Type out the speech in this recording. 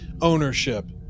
ownership